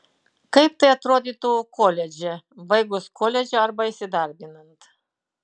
kaip tai atrodytų koledže baigus koledžą arba įsidarbinant